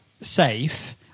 safe